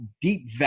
deep